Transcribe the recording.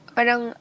Parang